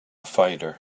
fighter